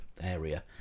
area